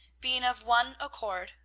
being of one accord,